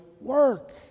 work